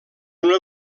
una